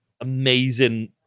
amazing